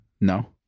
No